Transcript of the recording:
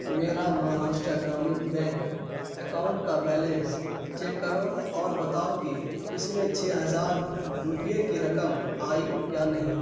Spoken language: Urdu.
میرا مہاراشٹرا گرامین بینک اکاؤنٹ کا بیلنس چیک کرو اور بتاؤ کہ اس میں چھ ہزار روپیے کی رقم آئی یا نہیں